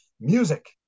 Music